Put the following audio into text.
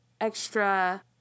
extra